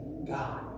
God